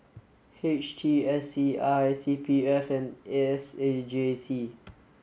H T S C I C P F and S A J C